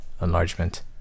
enlargement